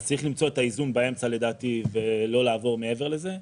אז צריך למצוא את האיזון באמצע לדעתי ולא לעבור מעבר לזה.